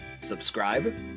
subscribe